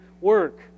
work